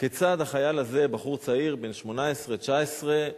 כיצד החייל הזה, בחור צעיר בן 18, 19,